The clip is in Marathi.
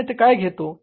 आपण येथे काय घेतो